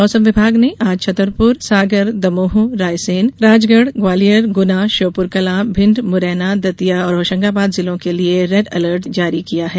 मौसम विभाग ने आज छतरपुर सागर दमोह रायसेन राजगढ़ ग्वालियर गुना श्योपुरकलां भिंड मुरैना दतिया और होशंगाबाद जिलों के लिए रेड अलर्ट जारी किया है